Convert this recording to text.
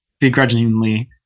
begrudgingly